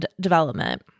development